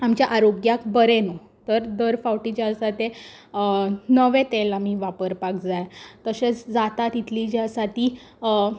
आमच्या आरोग्याक बरें न्हू तर दर फावटी जें आसा तें नवें तेल आमी वापरपाक जाय तशेंच जाता तितली जी आसा ती